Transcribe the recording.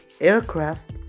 aircraft